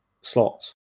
slots